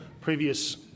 previous